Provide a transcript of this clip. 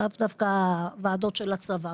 לאו דווקא הוועדות של הצבא.